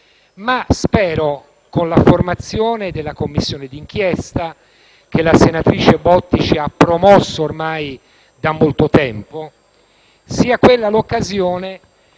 spero che la formazione della Commissione di inchiesta, che la senatrice Bottici ha promosso ormai da molto tempo, sia anche l'occasione,